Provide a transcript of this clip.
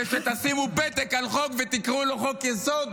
שתשימו פתק על חוק ותקראו לו חוק-יסוד,